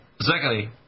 Secondly